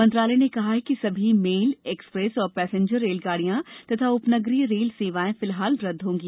मंत्रालय ने कहा कि सभी मेल एक्सप्रैस और पैसेंजर रेलगांडियां तथा उपनगरीय रेल सेवाएं फिलहाल रद्द रहेंगी